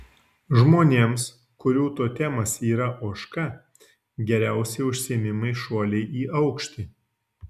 žmonėms kurių totemas yra ožka geriausi užsiėmimai šuoliai į aukštį